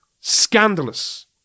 scandalous